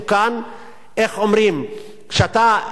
אין, אין גזענות בדרום תל-אביב.